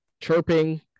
chirping